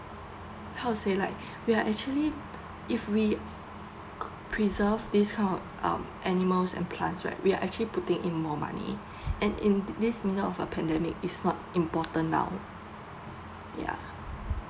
how to say like we are actually if we preserve this kind of um animals and plants right we are actually putting in more money and in this middle of a pandemic it's not important now ya